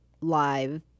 Live